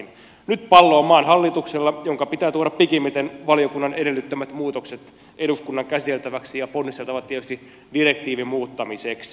nyt pallo on maan hallituksella jonka pitää tuoda pikimmiten valiokunnan edellyttämät muutokset eduskunnan käsiteltäväksi ja jonka on ponnisteltava tietysti direktiivin muuttamiseksi